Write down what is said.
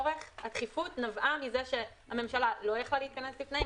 הדחיפות נבעה מזה שהממשלה לא יכלה להתכנס לפני,